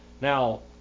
Now